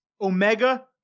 Omega